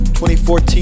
2014